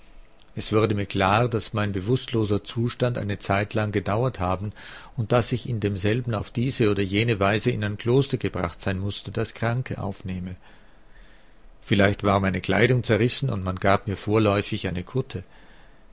es wurde mir klar daß mein bewußtloser zustand eine zeitlang gedauert haben und daß ich in demselben auf diese oder jene weise in ein kloster gebracht sein mußte das kranke aufnehme vielleicht war meine kleidung zerrissen und man gab mir vorläufig eine kutte